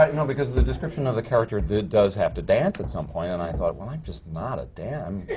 like know, because the description of the character, he does have to dance at some point, and i thought, well, i'm just not a dancer.